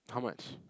how much